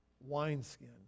wineskin